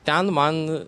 ten man